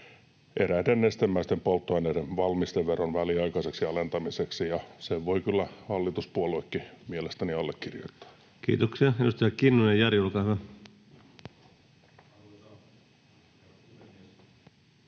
eräiden nestemäisten polttoaineiden valmisteveron väliaikaiseksi alentamiseksi, ja sen voivat kyllä hallituspuolueetkin mielestäni allekirjoittaa. [Speech 72] Speaker: Ensimmäinen varapuhemies